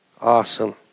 Awesome